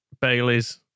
Baileys